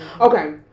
okay